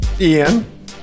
Ian